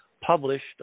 published